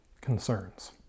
concerns